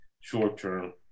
short-term